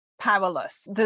powerless